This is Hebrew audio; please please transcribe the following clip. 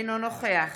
אינו נוכח